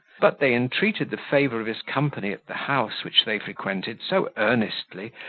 but they entreated the favour of his company at the house which they frequented so earnestly,